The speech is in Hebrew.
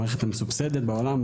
המערכת המסובסדת בעולם.